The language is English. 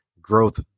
growth